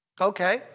Okay